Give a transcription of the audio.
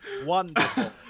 Wonderful